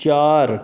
चार